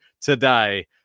today